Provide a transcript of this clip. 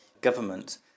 government